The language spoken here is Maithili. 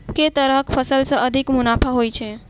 केँ तरहक फसल सऽ अधिक मुनाफा होइ छै?